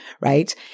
Right